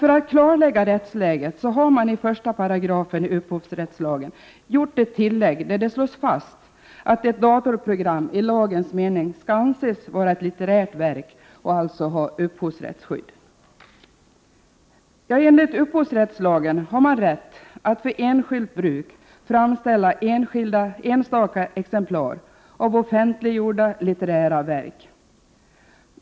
För att klarlägga rättsläget har i 1 § upphovsrättslagen gjorts ett tillägg där det slås fast att ett datorprogram i lagens mening skall anses vara ett litterärt verk och alltså ha upphovsrättsskydd. Enligt upphovsrättslagen har man rätt att för enskilt bruk framställa enstaka exemplar av offentliggjorda, litterära verk.